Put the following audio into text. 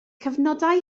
cyfnodau